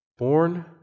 Born